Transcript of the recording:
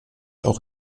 auch